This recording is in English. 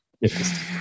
Yes